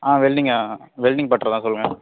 ஆ வெல்டிங்கா welding பட்டறை தான் சொல்லுங்கள்